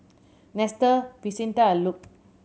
Nestor Vicente and Luc